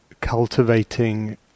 Cultivating